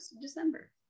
December